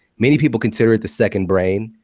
many people consider it the second brain.